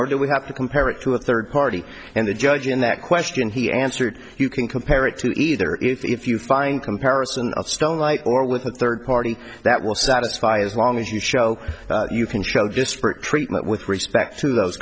or do we have to compare it to a third party and the judge in that question he answered you can compare it to either if you find comparison of stone like or with a third party that will satisfy as long as you show you can show disparate treatment with respect to those